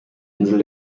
insel